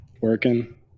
working